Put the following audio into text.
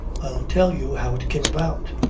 i'll tell you how it came about.